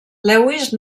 lewis